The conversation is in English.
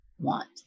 want